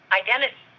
identity